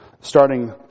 Starting